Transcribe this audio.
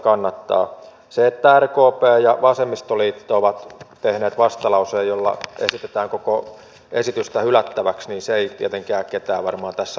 se että rkp ja vasemmistoliitto ovat tehneet vastalauseen jolla esitetään koko esitystä hylättäväksi ei tietenkään ketään varmaan tässä salissa yllätä